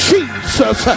Jesus